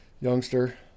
youngster